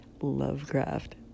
Lovecraft